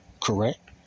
Correct